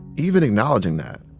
even acknowledging that,